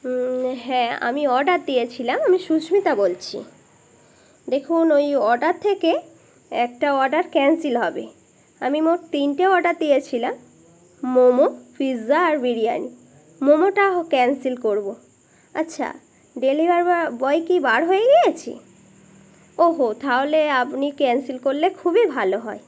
হ্যাঁ আমি অর্ডার দিয়েছিলাম আমি সুস্মিতা বলছি দেখুন ওই অর্ডার থেকে একটা অর্ডার ক্যান্সেল হবে আমি মোট তিনটে অর্ডার দিয়েছিলাম মোমো পিৎজা আর বিরিয়ানি মোমোটা ক্যান্সেল করব আচ্ছা ডেলিভারি বয় কি বার হয়ে গিয়েছে ও হো তাহলে আপনি ক্যান্সেল করলে খুবই ভালো হয়